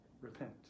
repent